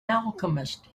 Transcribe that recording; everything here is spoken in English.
alchemist